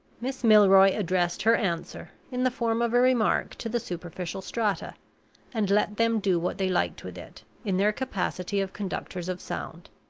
miss milroy addressed her answer, in the form of a remark, to the superficial strata and let them do what they liked with it, in their capacity of conductors of sound.